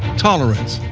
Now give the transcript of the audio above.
tolerance,